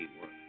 work